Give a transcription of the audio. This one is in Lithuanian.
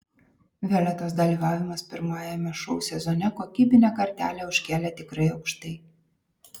violetos dalyvavimas pirmajame šou sezone kokybinę kartelę užkėlė tikrai aukštai